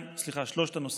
סליחה, שלושה נושאים,